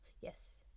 Yes